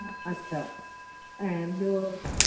अछा ऐं ॿियो